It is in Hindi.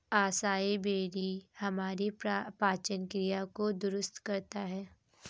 असाई बेरी हमारी पाचन क्रिया को दुरुस्त करता है